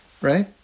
right